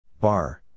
Bar